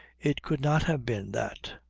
it could not have been that.